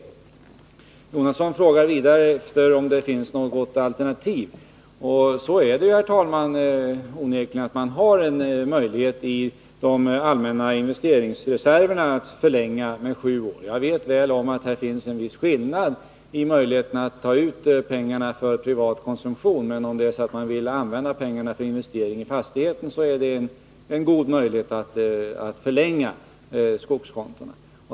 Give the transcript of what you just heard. Bertil Jonasson frågar vidare om det finns något alternativ. Det är onekligen så, herr talman, att man genom de allmänna investeringsreserverna har en möjlighet att förlänga tiden med sju år. Jag är väl medveten om att det då är en viss skillnad i m gheterna att ta ut pengar för privat konsumtion. Men om man vill använda pengarna för investering i fastigheten, finns det en god möjlighet till förlängning i fråga om skogskontona.